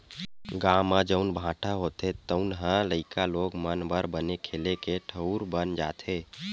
गाँव म जउन भाठा होथे तउन ह लइका लोग मन बर बने खेले के ठउर बन जाथे